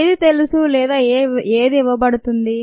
ఏది తెలుసు లేదా ఏది ఇవ్వబడుతుంది